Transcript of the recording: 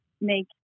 make